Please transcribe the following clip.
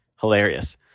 hilarious